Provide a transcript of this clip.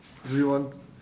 do you want